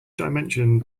dimension